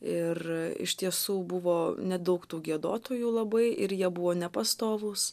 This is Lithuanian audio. ir iš tiesų buvo nedaug tų giedotojų labai ir jie buvo nepastovūs